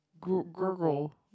gurgle